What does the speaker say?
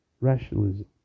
rationalism